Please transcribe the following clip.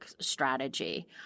strategy